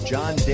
John